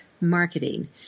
marketing